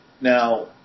Now